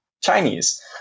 Chinese